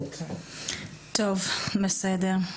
בסדר.